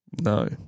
No